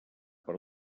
per